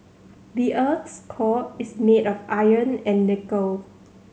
the earth's core is made of iron and nickel